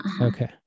okay